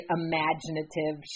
imaginative